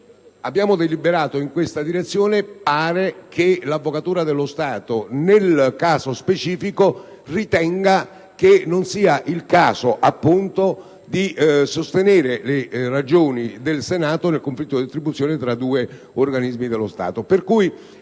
Abbiamo deliberato in questa direzione. Ora, sembra che l'Avvocatura dello Stato, nel caso specifico, ritenga non sia il caso di sostenere le ragioni del Senato nel conflitto di attribuzione tra due organismi dello Stato.